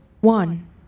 One